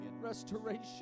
restoration